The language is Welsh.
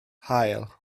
haul